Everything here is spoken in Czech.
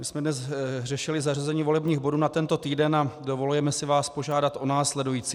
Dnes jsme řešili zařazení volebních bodů na tento týden a dovolujeme si vás požádat o následující: